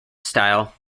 style